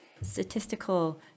statistical